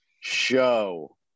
show